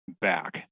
back